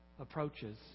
approaches